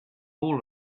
all